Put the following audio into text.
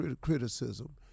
criticism